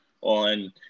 On